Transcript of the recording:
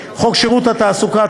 52. חוק שירות התעסוקה,